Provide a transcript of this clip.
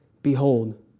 Behold